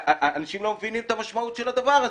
אנשים לא מבינים את הדבר הזה,